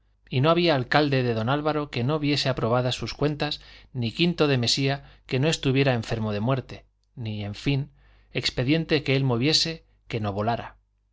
y no había alcalde de don álvaro que no viese aprobadas sus cuentas ni quinto de mesía que no estuviera enfermo de muerte ni en fin expediente que él moviese que no volara